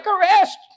arrest